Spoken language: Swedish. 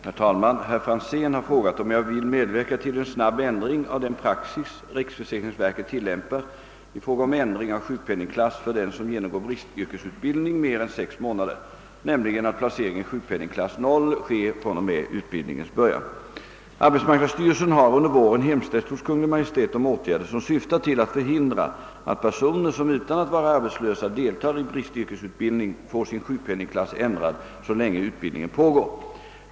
Herr talman! Herr Franzén i Motala har frågat, om jag vill medverka till en snabb ändring av den praxis riksförsäkringsverket tillämpar i fråga om ändring av sjukpenningklass för den som genomgår bristyrkesutbildning mer än sex månader, nämligen att placering i sjukpenningklass 0 sker fr.o.m. utbildningens början. Arbetsmarknadsstyrelsen har under våren hemställt hos Kungl. Maj:t om åtgärder som syftar till att förhindra att personer som utan att vara arbetslösa deltar i bristyrkesutbildning får sin sjukpenningklass ändrad så länge utbildningen pågår.